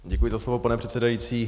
Děkuji za slovo, pane předsedající.